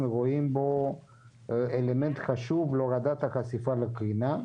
רואים בו אלמנט חשוב להורדת החשיפה לקרינה.